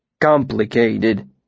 Complicated